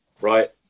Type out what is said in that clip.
right